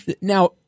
Now